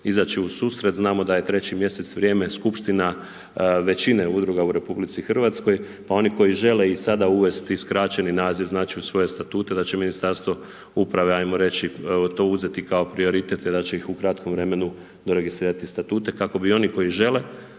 izaći u susret, znamo da je treći mjesec vrijeme skupština većine udruga u RH, pa oni koji žele i sada uvesti skraćeni naziv u svoje statute, da će Ministarstvo uprave hajmo reći uzeti, to uzeti kao prioritete i da će ih u kratkom vremenu registrirati statute, kako bi oni koji žele,